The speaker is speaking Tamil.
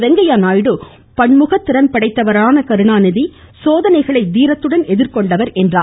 வெங்கையா நாயுடு பன்முகத் திறன் படைத்தவரான கருணாநிதி சோதனைகளை தீரத்துடன் எதிர்கொண்டவர் என்றார்